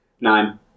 Nine